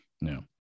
no